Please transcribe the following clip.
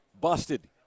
busted